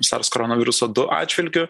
sars koronaviruso du atžvilgiu